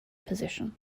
position